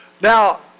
Now